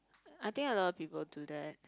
I think a lot people do that